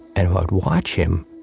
and i would watch him,